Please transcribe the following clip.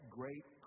great